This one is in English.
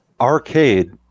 Arcade